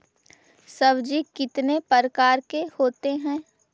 सब्जी कितने प्रकार के होते है?